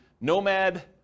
Nomad